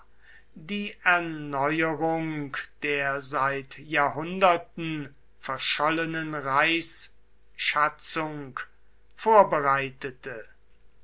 die erneuerung der seit jahrhunderten verschollenen reichsschatzung vorbereitete